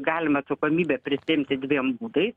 galim atsakomybę prisiimti dviem būdais